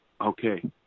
okay